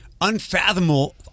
unfathomable